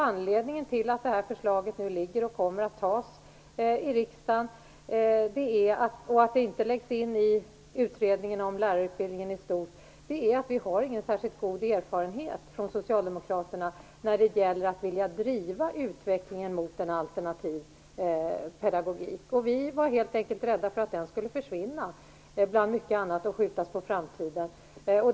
Anledningen till att det här förslaget nu föreligger och kommer att antas i riksdagen och att det inte läggs in i utredningen om lärarutbildningen i stort är att vi inte har någon särskilt god erfarenhet från Socialdemokraterna när det gäller att vilja driva utvecklingen mot en alternativ pedagogik. Vi var helt enkelt rädda för att den skulle försvinna bland mycket annat och skjutas på framtiden.